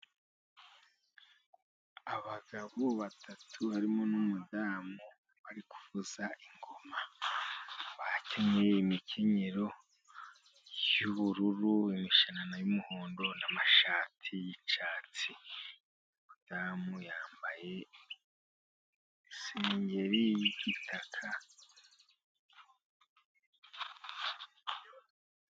Abagabo batatu barimo n'umudamu bari kuvuza ingoma, bakenyeye imikenyero y'ubururu, imishanana y'umuhondo n'amashati yicyatsi umudamu yambaye isengeri y'igitaka.